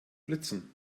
blitzen